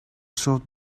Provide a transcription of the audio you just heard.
showed